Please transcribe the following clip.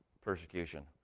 persecution